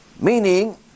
Meaning